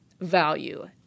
value